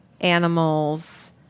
animals